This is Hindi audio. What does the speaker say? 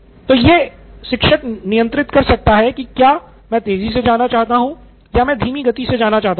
तो यह शिक्षक नियंत्रित कर सकता है कि क्या मैं तेजी से जाना चाहता हूँ या मैं धीमी गति से जाना चाहता हूँ